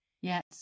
Yes